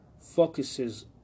focuses